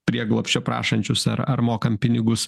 prieglobsčio prašančius ar ar mokam pinigus